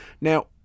now